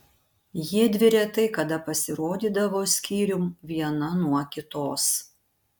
jiedvi retai kada pasirodydavo skyrium viena nuo kitos